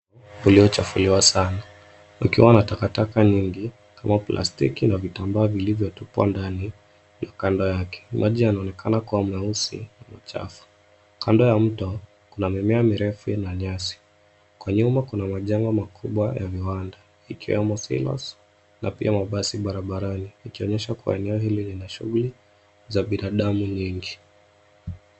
Mto uliochafuliwa sana ukiwa na takataka nyingi kama plastiki na vitambaa vilivyotupwa ndani na kando yake. Maji yanaonekana kuwa meusi na chafu. Kando ya mto, kuna mimea mirefu ina nyasi. Kwa nyumba kuna majengo makubwa ya viwanda yakiwemo silos na pia mabasi barabarani, ikionyesha kuwa eneo hili lina shughli za binadamu nyingi.